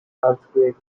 earthquake